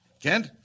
Kent